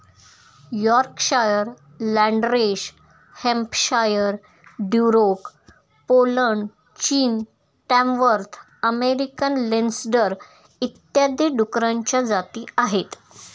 Yorkshire, Landrace Hampshire, Duroc Poland, चीन, Tamworth American Landrace इत्यादी डुकरांच्या जाती आहेत